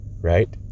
right